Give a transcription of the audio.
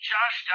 Josh